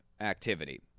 activity